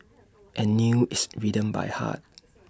and knew its rhythms by heart